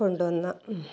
കൊണ്ടുവന്ന